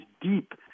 deep